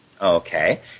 Okay